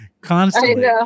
constantly